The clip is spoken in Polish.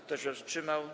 Kto się wstrzymał?